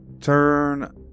turn